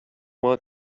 want